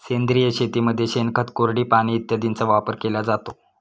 सेंद्रिय शेतीमध्ये शेणखत, कोरडी पाने इत्यादींचा वापर केला जातो